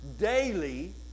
daily